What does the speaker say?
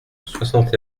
soixante